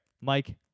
Mike